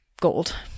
gold